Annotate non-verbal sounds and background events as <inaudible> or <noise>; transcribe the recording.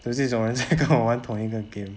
跟这种人在 <laughs> 跟我玩同一个 game